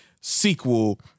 sequel